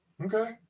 Okay